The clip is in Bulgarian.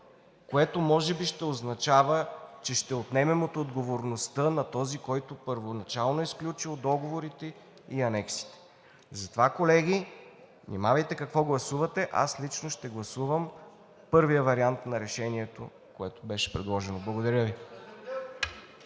което може би ще означава, че ще отнемем отговорността на този, който първоначално е сключил договорите и анексите. Затова, колеги, внимавайте какво гласувате, а аз лично ще гласувам първия вариант на Решението, което беше предложено. Благодаря Ви.